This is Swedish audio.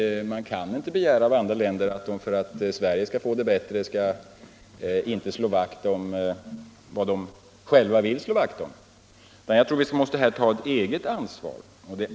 Man kan inte begära av andra länder att de för att Sverige skall få det bättre skall avstå från att slå vakt om det de vill slå vakt om. Vi måste här ta ett eget ansvar.